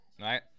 right